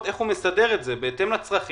איך הוא מסדר את זה בהתאם לצרכים,